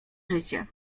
życie